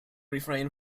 refrain